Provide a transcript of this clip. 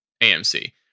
AMC